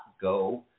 go